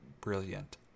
Brilliant